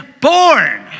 born